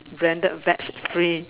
branded bags free